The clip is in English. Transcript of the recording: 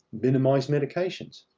minimize medications,